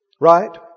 Right